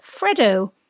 Fredo